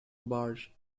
barge